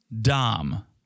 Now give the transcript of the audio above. Dom